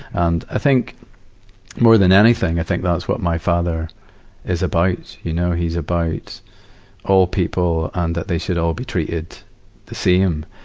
and, i think more than anything, i think that's what my father is about. you know, he's about all people and that they should be treated the same.